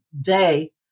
day